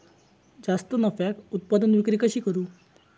जास्त नफ्याक उत्पादन विक्री कशी करू?